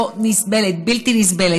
בלתי נסבל,